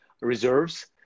reserves